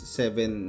seven